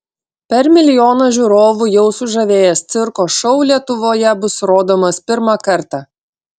per milijoną žiūrovų jau sužavėjęs cirko šou lietuvoje bus rodomas pirmą kartą